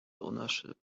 ownership